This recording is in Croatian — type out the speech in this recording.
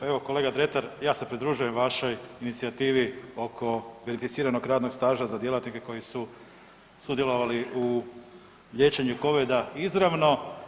Evo kolega Dretar, ja se pridružujem vašoj inicijativi oko verificiranog radnog staža za djelatnike koji su sudjelovali u liječenju covida izravno.